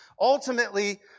ultimately